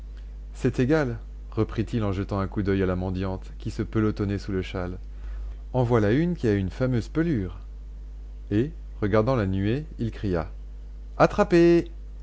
c'est égal reprit-il en jetant un coup d'oeil à la mendiante qui se pelotonnait sous le châle en voilà une qui a une fameuse pelure et regardant la nuée il cria